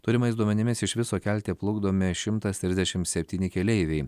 turimais duomenimis iš viso kelte plukdomi šimtas trisdešim septyni keleiviai